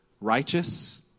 righteous